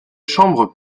chambres